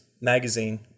magazine